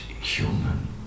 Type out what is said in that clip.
human